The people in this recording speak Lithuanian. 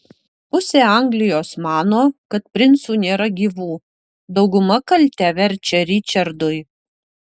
pusė anglijos mano kad princų nėra gyvų dauguma kaltę verčia ričardui